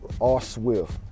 R-Swift